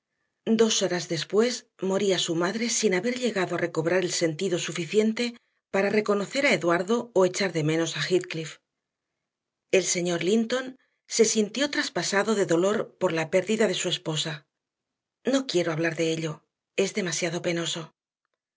dos horas después moría su madre sin haber llegado a recobrar el sentido suficiente para reconocer a eduardo o echar de menos a heathcliff el señor linton se sintió traspasado de dolor por la pérdida de su esposa no quiero hablar de ello es demasiado penoso